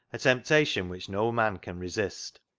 a temptation which no man can resist,